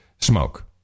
smoke